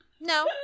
No